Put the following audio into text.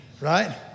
Right